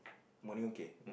morning okay